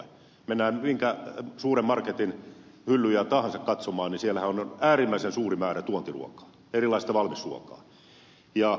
mennään minkä suuren marketin hyllyjä tahansa katsomaan niin siellähän on äärimmäisen suuri määrä tuontiruokaa erilaista valmisruokaa